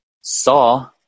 saw